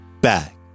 back